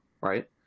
right